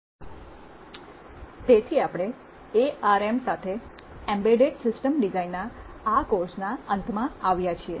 તેથી આપણે એઆરએમ સાથે એમ્બેડેડ સિસ્ટમ ડિઝાઇનના આ કોર્સના અંતમાં આવ્યા છીએ